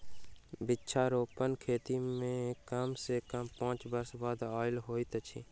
वृक्षारोपण खेती मे कम सॅ कम पांच वर्ष बादे आय होइत अछि